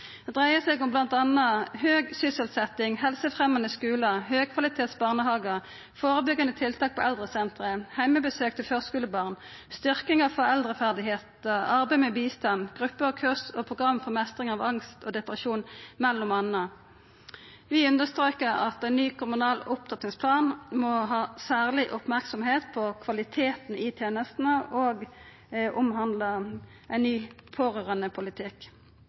dreier seg m.a. om høg sysselsetting, helsefremmande skular, høgkvalitets barnehagar, førebyggjande tiltak på eldresenter, heimebesøk til førskulebarn, styrking av foreldreferdigheiter, arbeid med støtte, grupper, kurs og program for meistring av angst og depresjon – mellom anna. Vi understrekar at ein ny kommunal opptrappingsplan må ha særleg merksemd på kvaliteten i tenestene og omhandla ein ny